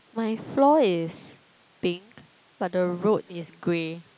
my floor is pink but the road is grey